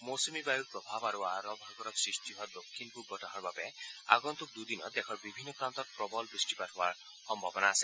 মৌচুমী বায়ুৰ ফলত আৰু আৰৱ সাগৰত সৃষ্টি হোৱা দক্ষিণ পূব বতাহৰ বাবেও আগম্ভক দুদিনত দেশৰ বিভিন্ন প্ৰান্তত প্ৰবল বৃষ্টিপাত হোৱাৰ সম্ভাৱনা আছে